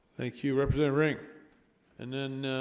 thank you represent ring and then